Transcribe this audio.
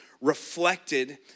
reflected